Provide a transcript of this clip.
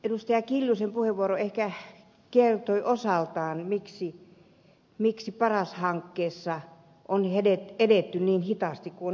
anneli kiljusen puheenvuoro ehkä kertoi osaltaan miksi paras hankkeessa on edetty niin hitaasti kuin on edetty